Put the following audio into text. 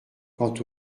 quant